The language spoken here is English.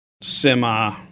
semi